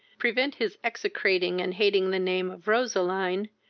prevent his execrating and hating the name of roseline,